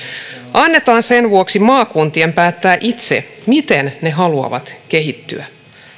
annetaan sen vuoksi maakuntien päättää itse miten ne haluavat kehittyä